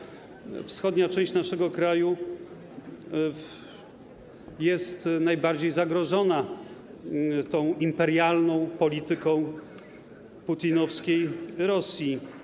Chodzi o to, że wschodnia część naszego kraju jest najbardziej zagrożona tą imperialną polityką putinowskiej Rosji.